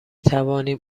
توانیم